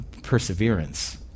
perseverance